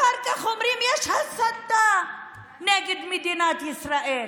אחר כך אומרים יש הסתה נגד מדינת ישראל.